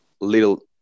little